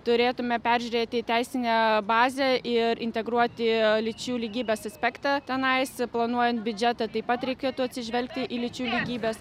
turėtumėme peržiūrėti teisinę bazę ir integruoti lyčių lygybės aspektą tenais planuojant biudžetą taip pat reikėtų atsižvelgti į lyčių lygybės